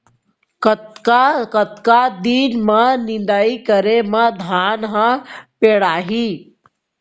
कतका कतका दिन म निदाई करे म धान ह पेड़ाही?